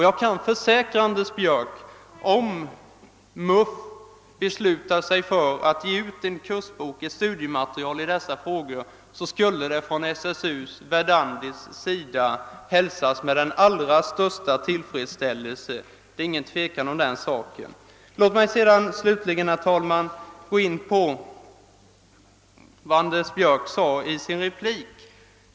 Jag kan försäkra Anders Björck att om MUF beslutar sig för att ge ut en kursbok med studiematerial i dessa frågor skulle det från SSU:s och Verdandis sida hälsas med den allra största tillfredsställelse, det är ingen tvekan om den saken. Låt mig så till sist, herr talman, något beröra vad herr Anders Björck sade i sin replik.